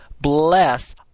bless